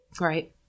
Right